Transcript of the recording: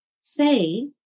say